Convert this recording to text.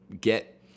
get